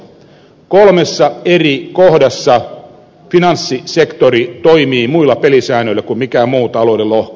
kolmessa eri kohdassa finanssisektori toimii muilla pelisäännöillä kuin mikään muu talouden lohko